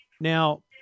Now